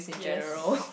yes